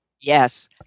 yes